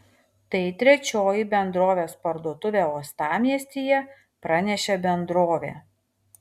tai trečioji bendrovės parduotuvė uostamiestyje pranešė bendrovė